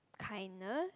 kindness